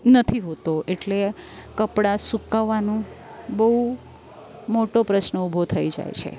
નથી હોતો એટલે કપડાં સુકાવાનો બહુ મોટો પ્રશ્ન ઊભો થઈ જાય છે